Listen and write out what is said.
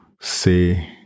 say